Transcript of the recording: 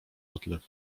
odlew